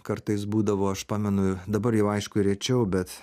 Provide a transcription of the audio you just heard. kartais būdavo aš pamenu dabar jau aišku rečiau bet